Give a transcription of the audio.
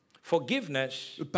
Forgiveness